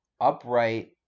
upright